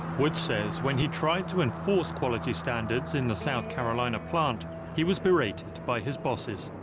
woods says when he tried to enforce quality standards in the south carolina plant he was berated by his bosses.